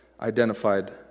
identified